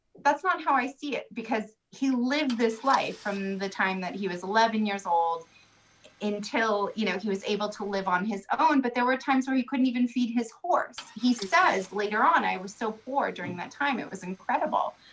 that's not how i see it because he lived this life from the time that he was eleven years old until, you know, he was able to live on his own. but there were times when he couldn't even feed his horse. he said later on, i was so poor during that time it was incredible